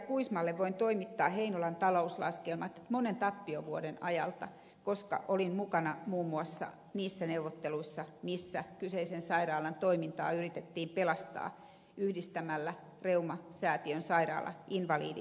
kuismalle voin toimittaa heinolan talouslaskelmat monen tappiovuoden ajalta koska olin mukana muun muassa niissä neuvotteluissa missä kyseisen sairaalan toimintaa yritettiin pelastaa yhdistämällä reumasäätiön sairaala invalidisäätiöön